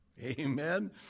Amen